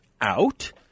out